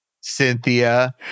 Cynthia